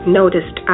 noticed